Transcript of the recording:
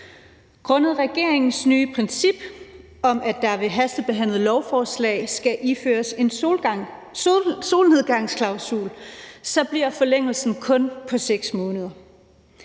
Grundet regeringens nye princip om, at der i hastebehandlede lovforslag skal indføres en solnedgangsklausul, bliver forlængelsen kun på 6 måneder.